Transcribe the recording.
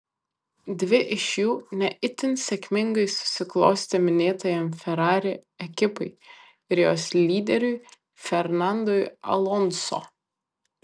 dvi iš jų ne itin sėkmingai susiklostė minėtajai ferrari ekipai ir jos lyderiui fernandui alonso